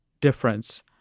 difference